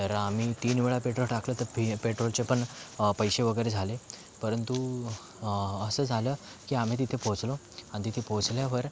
तर आम्ही तीन वेळा पेट्रोल टाकलं तर पी पेट्रोलचे पण पैसे वगैरे झाले परंतु असं झालं की आम्ही तिथे पोचलो आणि तिथे पोचल्यावर